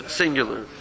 singular